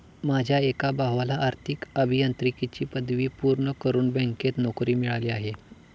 माझ्या एका भावाला आर्थिक अभियांत्रिकीची पदवी पूर्ण करून बँकेत नोकरी मिळाली आहे